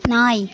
நாய்